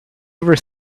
ever